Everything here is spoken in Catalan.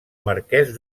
marquès